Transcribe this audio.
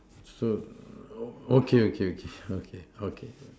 so okay okay okay okay okay